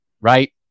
Right